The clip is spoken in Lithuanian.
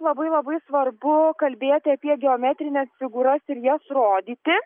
labai labai svarbu kalbėti apie geometrines figūras ir jas rodyti